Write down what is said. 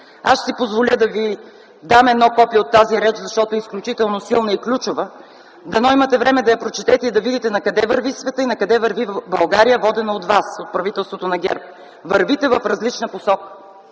Аз ще си позволя да Ви дам едно копие от тази реч, защото е изключително силна и ключова. Дано имате време да я прочетете и да видите накъде върви светът и накъде върви България, водена от вас – от правителството на ГЕРБ. Вървите в различна посока!